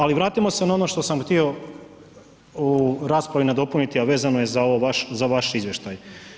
Ali vratimo se na ono što sam htio u raspravi nadopuniti a vezano je za ovaj vaš izvještaj.